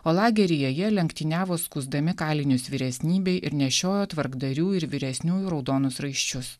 o lageryje jie lenktyniavo skųsdami kalinius vyresnybei ir nešiojo tvarkdarių ir vyresniųjų raudonus raiščius